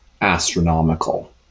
astronomical